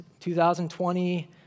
2020